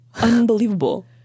Unbelievable